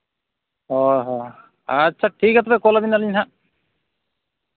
ᱦᱳᱭ ᱦᱳᱭ ᱟᱪᱪᱷᱟ ᱴᱷᱤᱠ ᱜᱮᱭᱟ ᱠᱚᱞ ᱵᱤᱱᱟᱞᱤᱧ ᱦᱟᱸᱜ